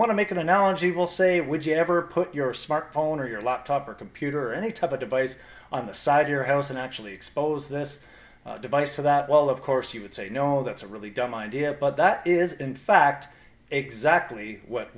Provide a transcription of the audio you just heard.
want to make an analogy will say would you ever put your smartphone or your laptop or computer or any type of device on the side of your house and actually expose this device so that while of course you would say no that's a really dumb idea but that is in fact exactly what